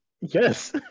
Yes